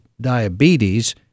diabetes